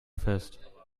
fest